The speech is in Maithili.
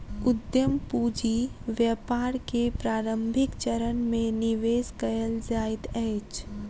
उद्यम पूंजी व्यापार के प्रारंभिक चरण में निवेश कयल जाइत अछि